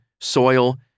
Soil